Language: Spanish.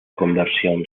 conversión